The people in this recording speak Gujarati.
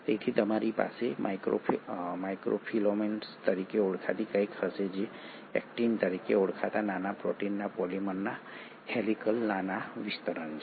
તેથી તમારી પાસે માઇક્રોફિલામેન્ટ્સ તરીકે ઓળખાતી કંઈક હશે જે એક્ટિન તરીકે ઓળખાતા નાના પ્રોટીનના પોલિમરના હેલિકલ નાના વિસ્તરણ છે